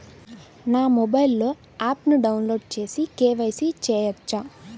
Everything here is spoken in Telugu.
నా మొబైల్లో ఆప్ను డౌన్లోడ్ చేసి కే.వై.సి చేయచ్చా?